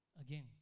Again